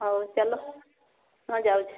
ହଉ ଚାଲ ହଁ ଯାଉଛି